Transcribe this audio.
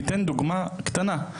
אני אתן דוגמא קטנה.